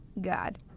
God